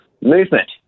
movement